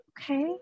okay